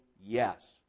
yes